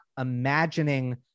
imagining